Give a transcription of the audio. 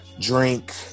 drink